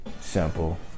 Simple